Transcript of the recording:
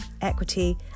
equity